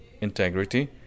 integrity